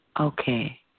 Okay